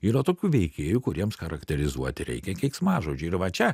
yra tokių veikėjų kuriems charakterizuoti reikia keiksmažodžių ir va čia